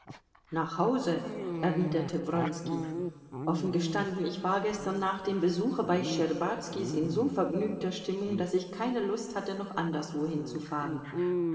nach hause erwiderte wronski offen gestanden ich war gestern nach dem besuche bei schtscherbazkis in so vergnügter stimmung daß ich keine lust hatte noch anderswohin zu fahren